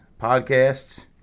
podcasts